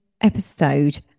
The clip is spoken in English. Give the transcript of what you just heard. episode